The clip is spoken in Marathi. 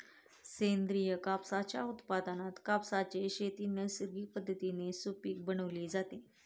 सेंद्रिय कापसाच्या उत्पादनात कापसाचे शेत नैसर्गिक पद्धतीने सुपीक बनवले जाते